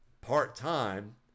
part-time